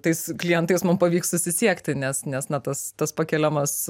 tais klientais mum pavyks susisiekti nes nes na tas tas pakeliamas